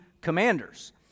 commanders